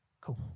Cool